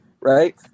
right